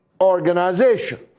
organization